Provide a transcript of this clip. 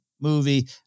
Movie